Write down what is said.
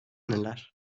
neler